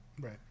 Right